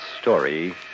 story